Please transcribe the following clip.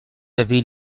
avez